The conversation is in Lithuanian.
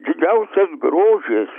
didžiausias grožis